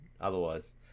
otherwise